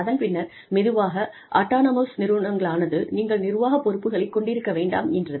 அதன் பின்னர் மெதுவாக அட்டானமவுஸ் நிறுவனங்களானது நீங்கள் நிர்வாகப் பொறுப்புகளை கொண்டிருக்க வேண்டாம் என்றது